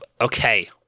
okay